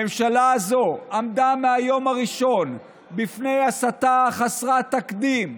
הממשלה הזאת עמדה מהיום הראשון בפני הסתה חסרת תקדים.